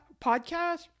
podcast